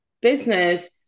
business